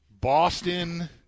Boston